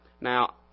Now